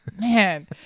man